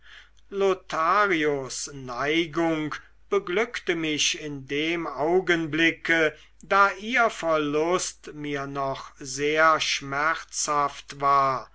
lotharios neigung beglückte mich in dem augenblicke da ihr verlust mir noch sehr schmerzhaft war